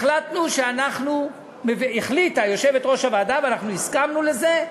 החליטה יושבת-ראש הוועדה, ואנחנו הסכמנו לזה,